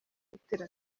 gutera